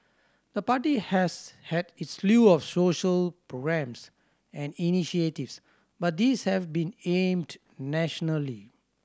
the party has had its slew of social programmes and initiatives but these have been aimed nationally